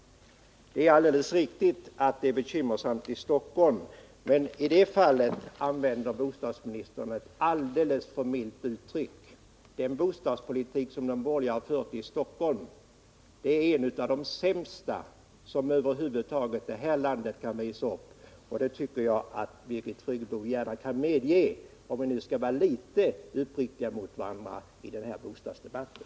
Det är alldeles riktigt att det är bekymmersamt i Stockholm, men i det fallet använder bostadsministern ett alldeles för milt uttryck. Den bostadspolitik de borgerliga fört i Stockholm är en av de sämsta som det här landet över huvud taget kan visa upp. Det tycker jag Birgit Friggebo gärna kan medge, om vi nu skall vara litet uppriktiga mot varandra i den här bostadsdebatten.